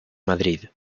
madrid